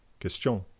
Question